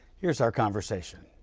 here's our conversation.